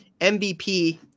MVP